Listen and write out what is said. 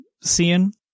seeing